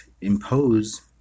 impose